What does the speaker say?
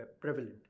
prevalent